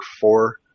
four